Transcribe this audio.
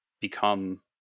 become